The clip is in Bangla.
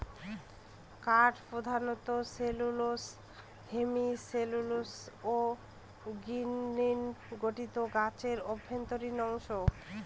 কাঠ প্রধানত সেলুলোস হেমিসেলুলোস ও লিগনিনে গঠিত গাছের অভ্যন্তরীণ অংশ